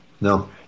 No